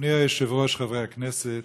אדוני היושב-ראש, חברי הכנסת,